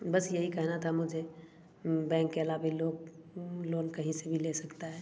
बस यही कहना था मुझे बैंक के अलावे लोन लोन कहीं से भी ले सकता है तो